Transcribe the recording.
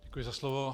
Děkuji za slovo.